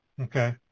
Okay